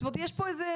זאת אומרת יש פה איזה,